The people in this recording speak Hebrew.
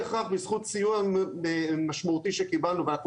לא בהכרח בזכות סיוע משמעותי שקיבלנו ואנחנו